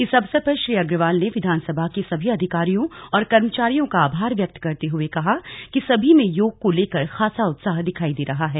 इस अवसर पर श्री अग्रवाल ने विधानसभा के सभी अधिकारियों और कर्मचारियों का आभार व्यक्त करते हुए कहा कि सभी में योग को लेकर खासा उत्साह दिखाई दे रहा है